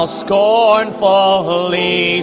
scornfully